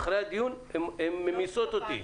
אחרי הדיון הן ממיסות אותי.